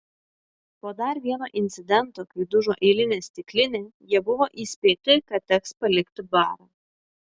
po dar vieno incidento kai dužo eilinė stiklinė jie buvo įspėti kad teks palikti barą